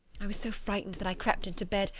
i was so frightened that i crept into bed,